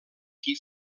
qui